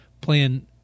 playing